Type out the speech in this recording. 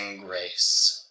grace